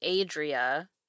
Adria